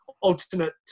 alternate